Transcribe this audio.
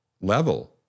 level